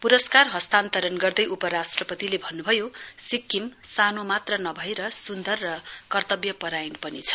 प्रस्कार हस्तान्तरण गर्दै उपराष्ट्रपतिले भन्न्भयो सिक्किम सानो मात्र नभएर स्न्दर र कर्तव्यपरायण पनि छ